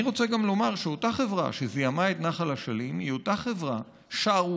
אני רוצה גם לומר שהחברה שזיהמה את נחל אשלים היא אותה חברה שערורייתית